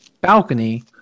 balcony